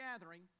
gathering